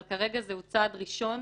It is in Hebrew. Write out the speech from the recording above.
אבל כרגע זהו צעד ראשון,